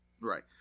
Right